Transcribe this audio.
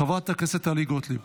חברת הכנסת טלי גוטליב.